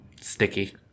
Sticky